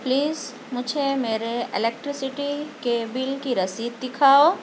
please مجھے میرے electricity کے بل کی رسید دِکھاؤ